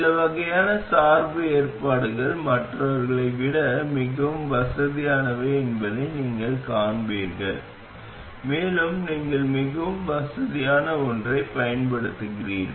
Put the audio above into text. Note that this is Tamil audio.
சில வகையான சார்பு ஏற்பாடுகள் மற்றவர்களை விட மிகவும் வசதியானவை என்பதை நீங்கள் காண்பீர்கள் மேலும் நீங்கள் மிகவும் வசதியான ஒன்றைப் பயன்படுத்துகிறீர்கள்